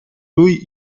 lui